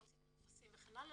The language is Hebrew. להוציא את הטפסים וכן הלאה,